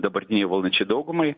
dabartinei valdančiai daugumai